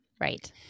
Right